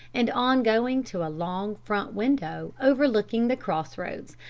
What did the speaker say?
and on going to a long front window overlooking the cross-roads,